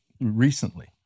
recently